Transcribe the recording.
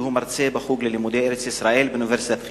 שמרצה בחוג ללימודי ארץ-ישראל באוניברסיטת חיפה.